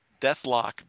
Deathlock